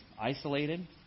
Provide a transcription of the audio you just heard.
isolated